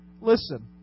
listen